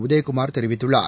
உதயகுமார் தெரிவித்துள்ளார்